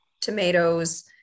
tomatoes